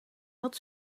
wat